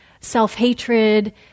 self-hatred